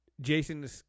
jason